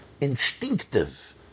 instinctive